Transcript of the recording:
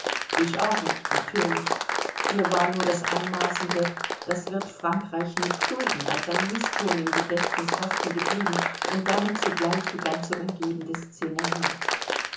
ich auch nicht natürlich mir war nur das anmaßende das wird frankreich nicht dulden als ein mißton im gedächtnis haften geblieben und damit zugleich die ganze umgebende scenerie